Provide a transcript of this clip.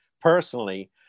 personally